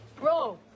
bro